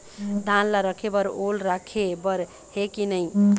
धान ला रखे बर ओल राखे बर हे कि नई?